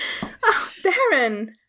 Darren